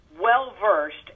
well-versed